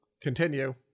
continue